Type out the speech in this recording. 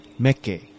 meke